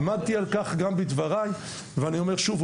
עמדתי על כך גם בדבריי ואני אומר שוב,